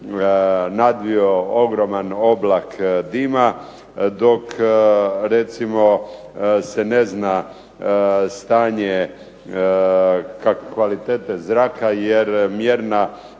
nadvio ogroman oblak dima, dok se ne zna stanje kvalitete zraka, jer mjerna